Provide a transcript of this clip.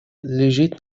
лежит